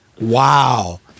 wow